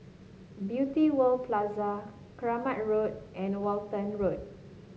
Beauty World Plaza Kramat Road and Walton Road